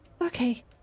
Okay